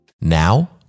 Now